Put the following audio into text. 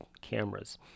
cameras